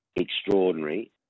Extraordinary